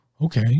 okay